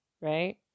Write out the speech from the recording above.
right